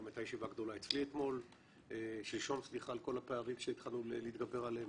גם הייתה ישיבה גדולה אצלי שלשום על כל הפערים שהתחלנו להתגבר עליהם,